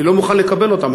אני לא מוכן לקבל אותם.